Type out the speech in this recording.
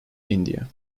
india